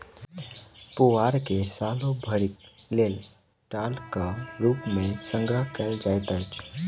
पुआर के सालो भरिक लेल टालक रूप मे संग्रह कयल जाइत अछि